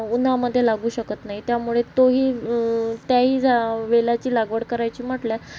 उन्हामध्ये लागू शकत नाही त्यामुळे तोही त्याही जा वेलाची लागवड करायची म्हटलं